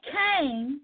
came